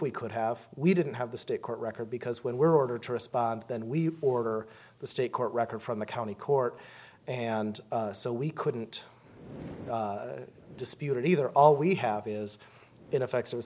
we could have we didn't have the state court record because when we were ordered to respond then we order the state court record from the county court and so we couldn't dispute it either all we have is ineffect